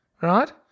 right